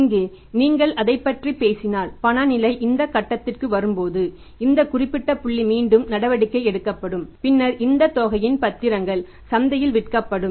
இங்கே நீங்கள் அதைப் பற்றி பேசினால் பண நிலை இந்த கட்டத்திற்கு வரும் போது இந்த குறிப்பிட்ட புள்ளி மீண்டும் நடவடிக்கை எடுக்கப்படும் பின்னர் இந்த தொகையின் பத்திரங்கள் சந்தையில் விற்கப்படும்